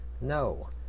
No